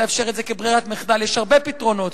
לאפשר את זה כברירת מחדל, יש הרבה פתרונות.